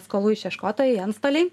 skolų išieškotojai antstoliai